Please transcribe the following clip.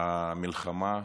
המלחמה באוקראינה,